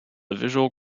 visual